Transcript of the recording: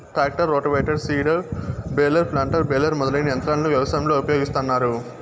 tractor, rotavator, seeder, baler, planter, baler మొదలైన యంత్రాలను వ్యవసాయంలో ఉపయోగిస్తాన్నారు